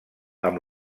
amb